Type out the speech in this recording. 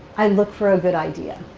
i look for a good idea.